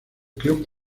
club